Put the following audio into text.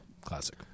classic